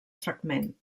fragment